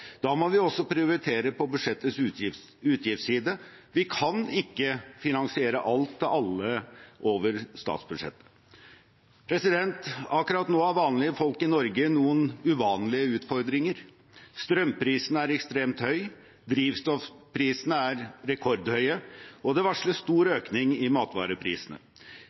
Da må vi også prioritere på budsjettets utgiftsside. Vi kan ikke finansiere alt til alle over statsbudsjettet. Akkurat nå har vanlige folk i Norge noen uvanlige utfordringer. Strømprisen er ekstremt høy, drivstoffprisene er rekordhøye, og det varsles stor økning i matvareprisene.